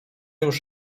już